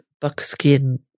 buckskin